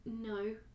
No